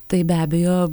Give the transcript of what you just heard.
tai be abejo